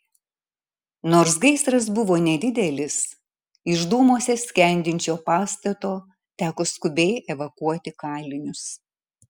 nors gaisras buvo nedidelis iš dūmuose skendinčio pastato teko skubiai evakuoti kalinius